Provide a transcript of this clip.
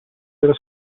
della